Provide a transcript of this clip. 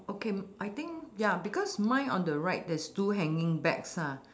okay I think ya because mine on the right there is two hanging bags ah